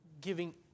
giving